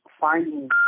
finding